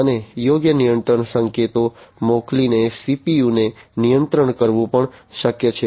અને યોગ્ય નિયંત્રણ સંકેતો મોકલીને CPU ને નિયંત્રિત કરવું પણ શક્ય છે